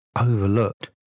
overlooked